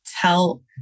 tell